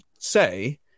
say